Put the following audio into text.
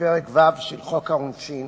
לבוא ולהציג את הצעת חוק העונשין